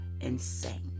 insane